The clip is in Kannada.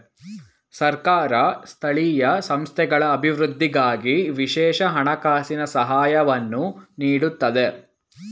ಸರ್ಕಾರ ಸ್ಥಳೀಯ ಸಂಸ್ಥೆಗಳ ಅಭಿವೃದ್ಧಿಗಾಗಿ ವಿಶೇಷ ಹಣಕಾಸಿನ ಸಹಾಯವನ್ನು ನೀಡುತ್ತದೆ